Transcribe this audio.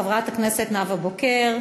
חברת הכנסת נאוה בוקר.